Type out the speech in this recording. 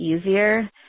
easier